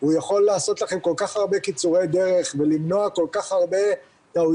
הוא יכול לעשות לכם כל כך הרבה קיצורי דרך ולמנוע כל כך הרבה טעויות.